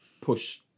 push